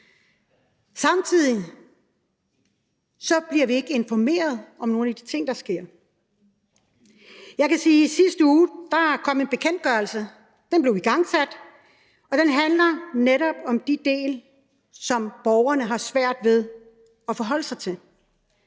Samtidig bliver vi ikke informeret om nogle af de ting, der sker. Jeg kan sige, at i sidste uge kom der en bekendtgørelse. Den blev igangsat, og den handler netop om de dele, som borgerne har svært ved at forholde sig til.